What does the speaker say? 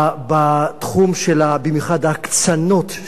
בתחום של במיוחד ההקצנות,